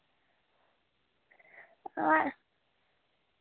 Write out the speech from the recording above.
हां